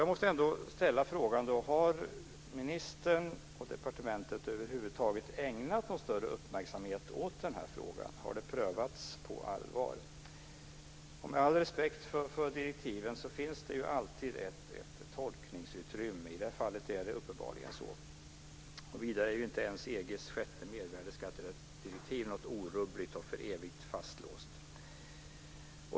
Jag måste ställa frågan om ministern och departementet över huvud taget har ägnat någon större uppmärksamhet åt den här frågan. Har den prövats på allvar? Med all respekt för direktiven vill jag säga att det alltid finns ett tolkningsutrymme. I det här fallet är det uppenbarligen så. Vidare är inte ens EG:s sjätte mervärdesskattedirektiv något orubbligt och för evigt fastlåst.